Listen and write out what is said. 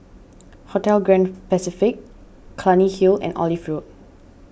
Hotel Grand Pacific Clunny Hill and Olive Road